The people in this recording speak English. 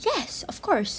yes of course